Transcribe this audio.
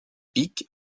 pic